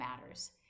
matters